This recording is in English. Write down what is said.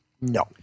No